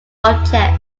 object